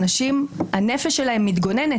הנפש של האנשים מתגוננת.